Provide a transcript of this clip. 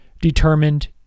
determined